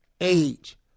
Age